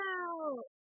out